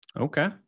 okay